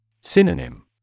Synonym